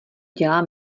dělá